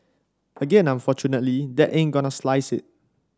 again unfortunately that ain't gonna slice it